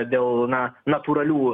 dėl na natūralių